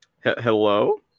Hello